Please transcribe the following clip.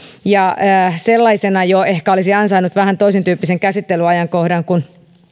ja ehkä olisi jo sellaisena ansainnut vähän toisentyyppisen käsittelyajankohdan kuin